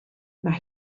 mae